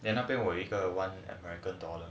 then 那边我一个 one america dollar